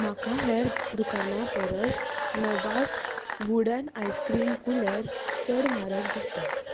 म्हाका हेर दुकानां परस नभास वुडन आयस्क्रीम कुलेर चड म्हारग दिसता